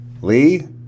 Lee